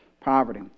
poverty